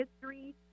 history